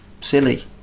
silly